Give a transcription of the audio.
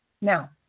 Now